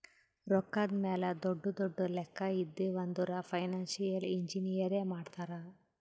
ರೊಕ್ಕಾದ್ ಮ್ಯಾಲ ದೊಡ್ಡು ದೊಡ್ಡು ಲೆಕ್ಕಾ ಇದ್ದಿವ್ ಅಂದುರ್ ಫೈನಾನ್ಸಿಯಲ್ ಇಂಜಿನಿಯರೇ ಮಾಡ್ತಾರ್